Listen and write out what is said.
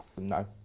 No